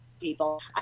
people